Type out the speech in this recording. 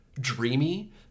dreamy